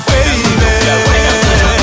Baby